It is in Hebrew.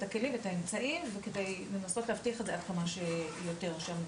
ואת הכלים ואת האמצעים כדי לנסות להבטיח את זה לכמה שיותר שנים.